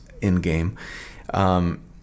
in-game